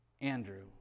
Andrew